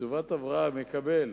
קצובת הבראה מקבל